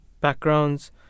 backgrounds